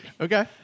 Okay